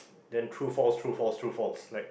then true false true false true false like